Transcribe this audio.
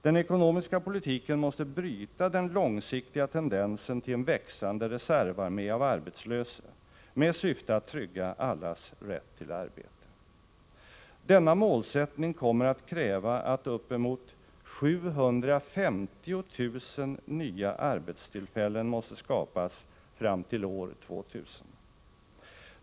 Den ekonomiska politiken måste bryta den lånsiktiga tendensen till en växande reservarmé av arbetslösa med syfte att trygga allas rätt till arbete. Denna målsättning kommer att kräva att uppemot 750 000 nya arbetstillfällen måste skapas fram till år 2000.